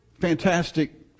fantastic